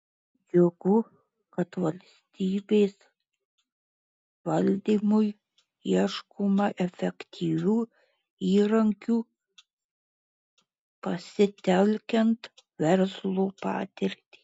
džiugu kad valstybės valdymui ieškoma efektyvių įrankių pasitelkiant verslo patirtį